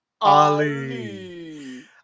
Ali